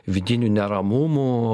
vidinių neramumų